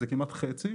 זה כמעט חצי.